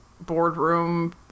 boardroom